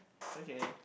okay